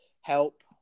help